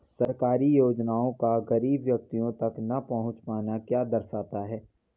सरकारी योजनाओं का गरीब व्यक्तियों तक न पहुँच पाना क्या दर्शाता है?